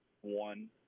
one